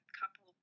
couple